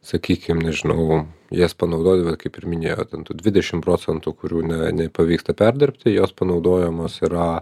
sakykim nežinau jas panaudoti bet kaip ir minėjau ten tų dvidešimt procentų kurių na nepavyksta perdirbti jos panaudojamos yra